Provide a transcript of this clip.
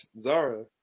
Zara